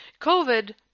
covid